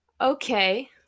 okay